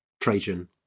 Trajan